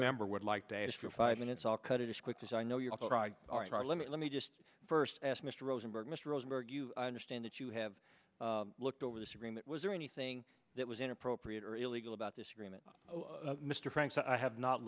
member would like day just for five minutes i'll cut it as quick as i know you are limit let me just first ask mr rosenberg mr rosenberg you understand that you have looked over this agreement was there anything that was inappropriate or illegal about this agreement mr franks i have not